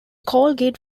colgate